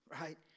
right